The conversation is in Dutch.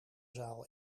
zaal